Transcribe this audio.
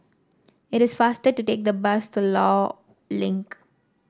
it is faster to take the bus to Law Link